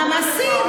מהמעשים,